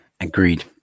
Agreed